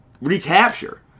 recapture